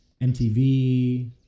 MTV